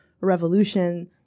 revolution